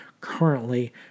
currently